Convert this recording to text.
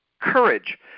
courage